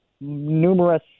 numerous